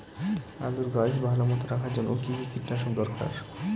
আলুর গাছ ভালো মতো রাখার জন্য কী কী কীটনাশক দরকার?